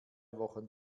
wochen